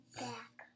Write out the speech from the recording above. back